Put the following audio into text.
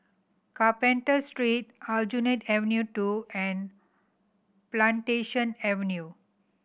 Carpenter Street Aljunied Avenue Two and Plantation Avenue